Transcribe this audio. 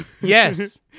Yes